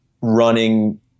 running